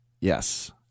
Yes